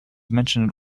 mentioned